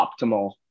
optimal